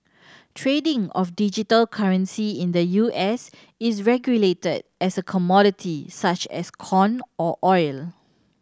trading of digital currency in the U S is regulated as a commodity such as corn or oil